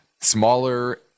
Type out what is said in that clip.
smaller